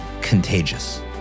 contagious